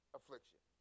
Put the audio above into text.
affliction